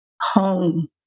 home